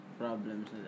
problems